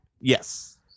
Yes